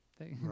Right